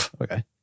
Okay